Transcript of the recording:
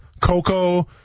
Coco